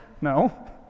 No